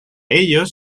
ellos